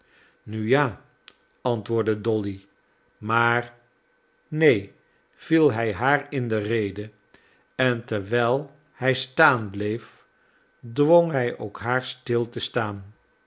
nu ja antwoordde dolly maar neen viel hij haar in de rede en terwijl hij staan bleef dwong hij ook haar stil te staan